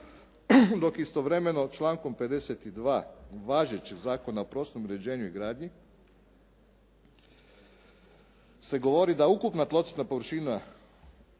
Dok istovremeno člankom 52. važećeg Zakona o prostornom uređenju i gradnji se govori da ukupna tlocrtna površina,